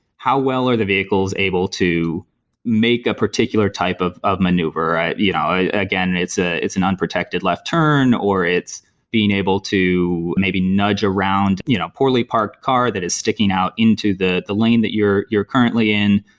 how well are the vehicles able to make a particular type of of maneuver? ah you know again, it's ah it's an unprotected left turn, or it's being able to maybe nudge around you know a poorly parked car that is sticking out into the the lane that you're you're currently in.